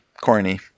corny